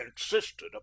insisted